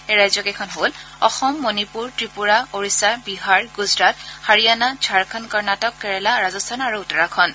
এই ৰাজ্যকেইখন হল অসম মণিপুৰ ত্ৰিপুৰা ওড়িশা বিহাৰ ণুজৰাট হাৰিয়ানা ঝাৰখণ্ড কৰ্ণাটক কেৰালা ৰাজস্থান আৰু উত্তৰাখণ্ড